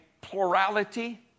plurality